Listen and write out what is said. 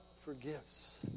forgives